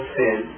sin